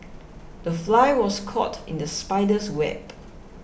the fly was caught in the spider's web